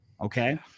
Okay